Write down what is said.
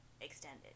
extended